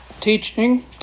teaching